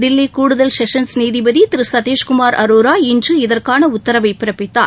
தில்லி கூடுதல் செஸன்ஸ் நீதிபதி திரு சதீஷ் குமார் அரோரா இன்று இதற்கான உத்தரவை பிறப்பித்தார்